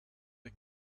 the